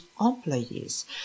employees